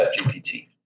ChatGPT